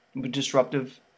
disruptive